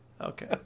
Okay